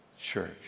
church